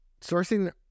Sourcing